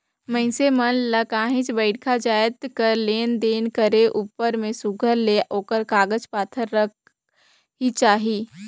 मइनसे मन ल काहींच बड़खा जाएत कर लेन देन करे उपर में सुग्घर ले ओकर कागज पाथर रखेक ही चाही